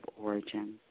origin